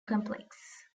complex